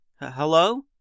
Hello